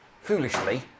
foolishly